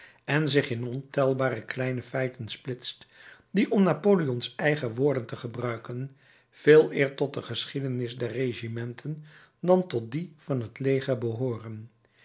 en zich in ontelbare kleine feiten splitst die om napoleon's eigen woorden te gebruiken veeleer tot de geschiedenis der regimenten dan tot die van het leger behooren